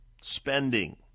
Spending